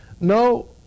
no